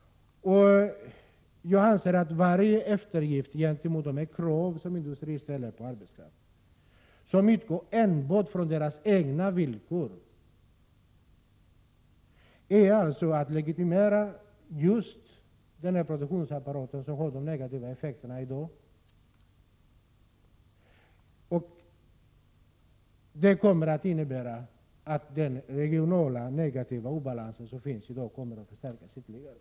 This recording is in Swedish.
Jag anser att varje eftergift gentemot de krav som industrin ställer på arbetskraften, som utgår enbart från dess egna villkor, är att legitimera just den produktionsapparat som har dessa negativa effekter i dag. Det kommer att innebära att den regionala obalans som finns i dag kommer att förstärkas ytterligare.